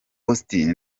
austin